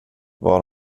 var